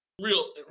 Real